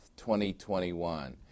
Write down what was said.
2021